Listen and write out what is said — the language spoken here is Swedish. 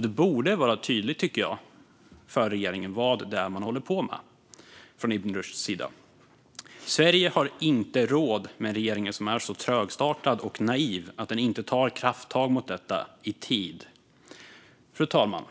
Det borde vara tydligt för regeringen, tycker jag, vad det är man håller på med från Ibn Rushds sida. Sverige har inte råd med en regering som är så trögstartad och naiv att den inte tar krafttag mot detta i tid. Fru talman!